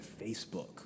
Facebook